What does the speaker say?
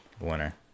winner